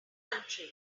country